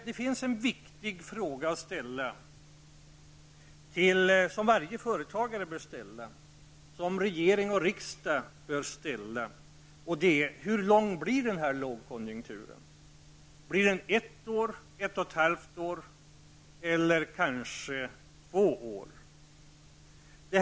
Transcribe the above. Det finns dock en viktig fråga som varje företagare och regeringen och riksdagen bör ställa, nämligen hur lång den här lågkonjunkturen kommer att bli. Blir den ett år, ett och ett halvt år eller kanske två år?